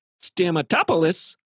Stamatopoulos